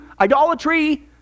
idolatry